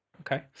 Okay